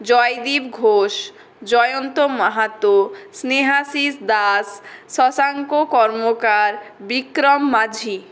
Joydeep Ghosh Jayanta Mahato Snehashis Das Shashanka Karmakar Bikram Majhi